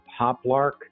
Hoplark